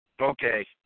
Okay